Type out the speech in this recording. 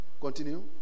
Continue